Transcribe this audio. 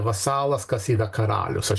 vasalas kas yra karalius aš